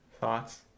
thoughts